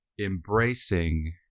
embracing